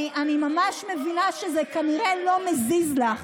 אני ממש מבינה שזה כנראה לא מזיז לך.